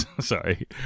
Sorry